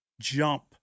jump